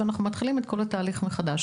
ואנחנו בעצם מתחילים את כל התהליך מחדש.